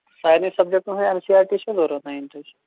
سارنٕے سَبجکٹن ہٕنز این سی آر ٹی چھےٚ ضوٚرتھ نایِنتھٕچ